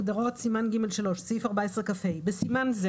הגדרות סימן ג'3 14כה. בסימן זה